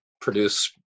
produce